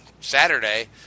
Saturday